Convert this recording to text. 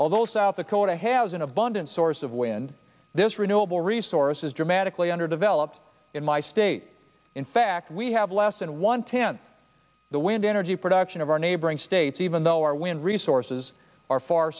although south dakota has an abundant source of wind this renewable resource is dramatically underdeveloped in my state in fact we have less than one tenth the wind energy production of our neighboring states even though our when resources are far